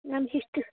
ma'am history